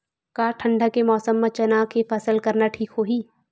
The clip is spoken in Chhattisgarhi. का ठंडा के मौसम म चना के फसल करना ठीक होही?